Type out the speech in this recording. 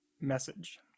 message